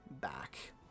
back